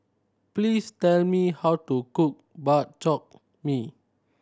please tell me how to cook Bak Chor Mee